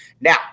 Now